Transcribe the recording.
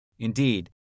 Indeed